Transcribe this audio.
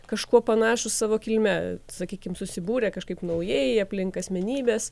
kažkuo panašūs savo kilme sakykime susibūrė kažkaip naujai aplink asmenybes